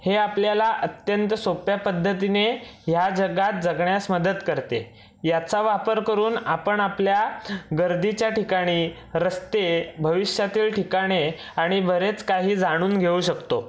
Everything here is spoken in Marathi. हे आपल्याला अत्यंत सोप्या पद्धतीने ह्या जगात जगण्यास मदत करते याचा वापर करून आपण आपल्या गर्दीच्या ठिकाणी रस्ते भविष्यातील ठिकाणे आणि बरेच काही जाणून घेऊ शकतो